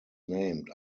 named